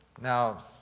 Now